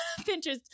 pinterest